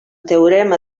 teorema